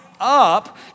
up